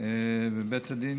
בבית הדין.